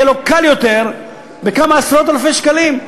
יהיה לו קל יותר בכמה עשרות אלפי שקלים,